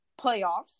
playoffs